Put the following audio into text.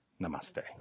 Namaste